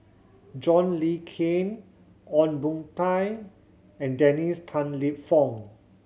John Le Cain Ong Boon Tat and Dennis Tan Lip Fong